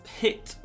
hit